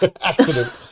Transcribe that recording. accident